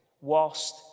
whilst